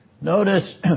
Notice